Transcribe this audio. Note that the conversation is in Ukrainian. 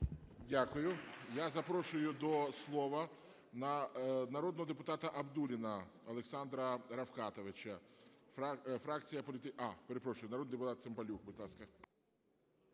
Дякую. Я запрошую до слова народного депутата Абдулліна Олександра Рафкатовича, фракція політичної… А, перепрошую, народний депутат Цимбалюк, будь ласка.